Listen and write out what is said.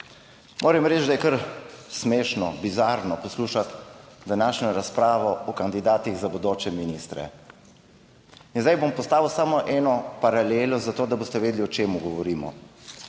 Moram reči, da je kar smešno bizarno poslušati današnjo razpravo o kandidatih za bodoče ministre. In zdaj bom postavil samo eno paralelo za to, da boste vedeli o čem govorimo.